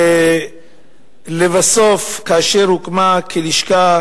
ולבסוף, כאשר הוקמה כלשכה